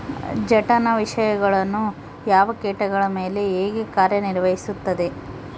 ಜಠರ ವಿಷಯಗಳು ಯಾವ ಕೇಟಗಳ ಮೇಲೆ ಹೇಗೆ ಕಾರ್ಯ ನಿರ್ವಹಿಸುತ್ತದೆ?